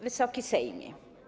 Wysoki Sejmie!